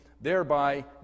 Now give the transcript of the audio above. thereby